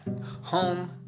Home